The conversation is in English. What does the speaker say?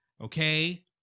okay